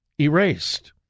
erased